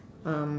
um